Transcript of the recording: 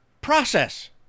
process